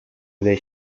wydaje